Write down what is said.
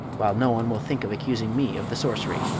while no one will think of accusing me of the sorcery.